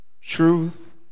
truth